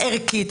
ערכית.